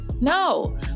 No